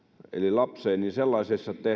lapseen